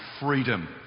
freedom